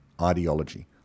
ideology